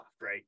Right